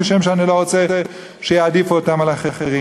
כשם שאני לא רוצה שיעדיפו אותם על אחרים.